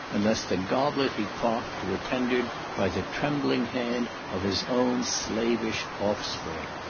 unless the goblet he quaffed were tendered by the trembling hand of his own slavish offspring.